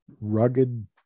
rugged